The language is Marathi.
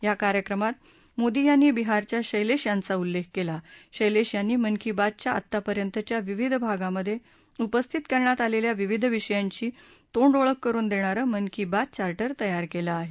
या कार्यक्रमात मोदी यांनी बिहारच्या शर्तिश यांचा उल्लेख केला शर्तिश यांनी मन की बातच्या आतापर्यंतच्या विविध भागांमधे उपस्थित करण्यात आलेल्या विविध विषयांची तोंडओळख करुन देणारं मन की बात चार्टर तयार केलं आहे